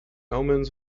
omens